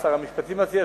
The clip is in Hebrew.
שר המשפטים מציע,